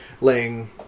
laying